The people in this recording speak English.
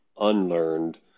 unlearned